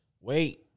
Wait